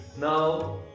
Now